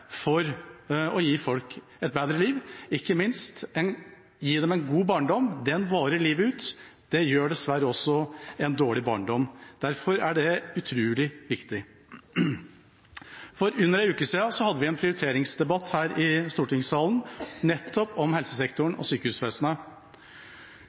for å gi folk et bedre liv, ikke minst gi dem en god barndom. Den varer livet ut – det gjør dessverre også en dårlig barndom. Derfor er det utrolig viktig. For under en uke siden hadde vi en prioriteringsdebatt her i stortingssalen nettopp om helsesektoren